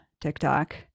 TikTok